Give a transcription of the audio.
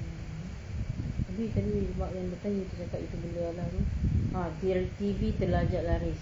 mmhmm tadi tadi you buat yang that time you cakap kena jualan ah bila T_V terlajak laris